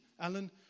Alan